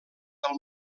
del